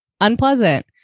unpleasant